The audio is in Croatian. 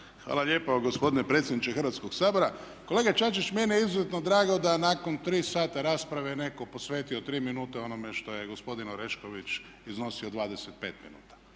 Hvala lijepo gospodine predsjedniče Hrvatskoga sabora. Kolega Čačić, meni je izuzetno drago da je nakon 3 sata rasprave netko posvetio 3 minute onome što je gospodin Orešković iznosio 25 minuta.